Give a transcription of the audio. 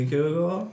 Google